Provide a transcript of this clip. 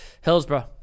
Hillsborough